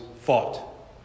fought